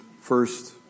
first